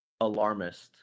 alarmist